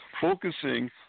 focusing